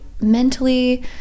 mentally